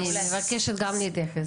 אני מבקשת גם להתייחס.